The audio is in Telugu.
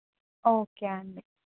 ఓకే అండి